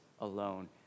alone